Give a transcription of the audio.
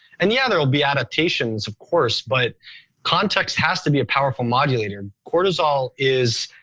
and yeah, there'll be adaptations of course, but context has to be a powerful modulator. cortisol is